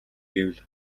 гэвэл